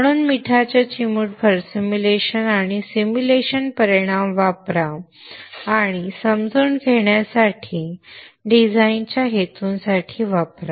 म्हणून मिठाच्या चिमूटभर सिम्युलेशनआणि सिम्युलेशन परिणाम वापरा आणि समजून घेण्यासाठी आणि डिझाइनच्या हेतूंसाठी वापरा